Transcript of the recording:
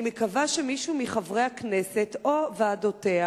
אני מקווה שמישהו מחברי הכנסת או ועדותיה